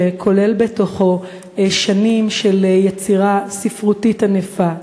שכולל בתוכו שנים של יצירה ספרותית ענפה,